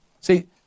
See